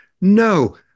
No